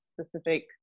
specific